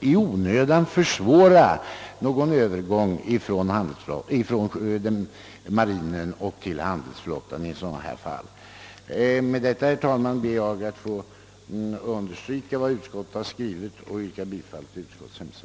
i onödan skulle försvåra en övergång från marinen till handelsflottan i sådana fall som det här rör sig om. Med detta, herr talman, ber jag att få understryka vad utskottet har skrivit och yrka bifall till dess hemställan.